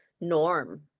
norm